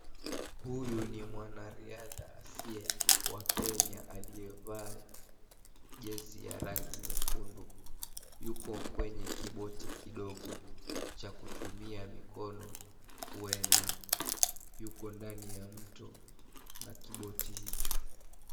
Huyu ni mwanariadha asiye wa kenya aliyevaa jersey ya rangi nyekundu yuko kwenye kiboti kidogo cha kutumia mikono kuenda, yuko ndani ya mto na kiboti hicho.